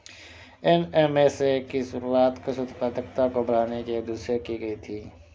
NMSA की शुरुआत कृषि उत्पादकता को बढ़ाने के उदेश्य से की गई थी